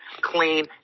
clean